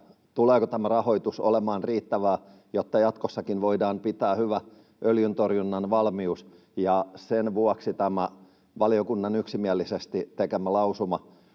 tuleeko tämä rahoitus olemaan riittävä, jotta jatkossakin voidaan pitää hyvä öljyntorjunnan valmius, ja sen vuoksi tämä valiokunnan yksimielisesti tekemä lausuma